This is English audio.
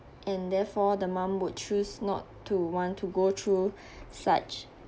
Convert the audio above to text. and therefore the mom would choose not to want to go through such